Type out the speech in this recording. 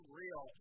real